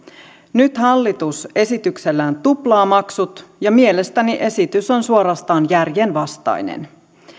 nyt hallitus esityksellään tuplaa maksut ja mielestäni esitys on suorastaan järjenvastainen